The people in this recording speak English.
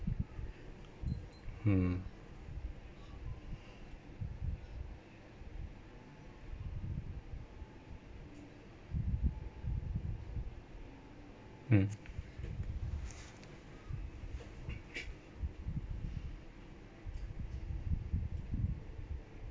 mm mm